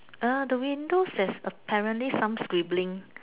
uh the windows has apparently some scribbling